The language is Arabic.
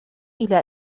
إلى